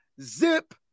zip